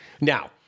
Now